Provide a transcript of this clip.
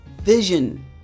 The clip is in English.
Vision